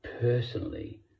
personally